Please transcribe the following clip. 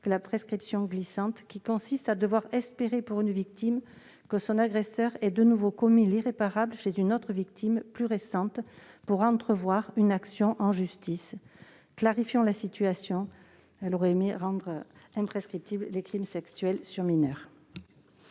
que la prescription glissante qui consiste à devoir espérer, pour une victime, que son agresseur ait de nouveau commis l'irréparable avec une autre victime plus récente pour entrevoir une action en justice. Clarifions donc la situation en rendant imprescriptibles les crimes sexuels sur mineurs.